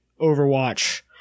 Overwatch